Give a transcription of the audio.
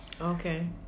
okay